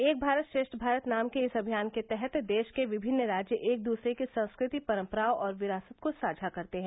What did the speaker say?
एक भारत श्रेष्ठ भारत नाम के इस अभियान के तहत देश के विभिन्न राज्य एक दूसरे की संस्कृति परम्पराओं और विरासत को साझा करते हैं